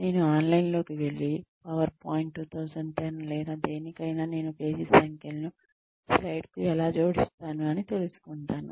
నేను ఆన్లైన్లోకి వెల్లి పవర్ పాయింట్ 2010 లేదా దేనికైనా నేను పేజీ సంఖ్యలను స్లైడ్లకు ఎలా జోడిస్తాను అని తెలుసుకుంటాను